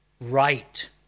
right